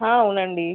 అవునండి